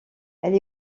elle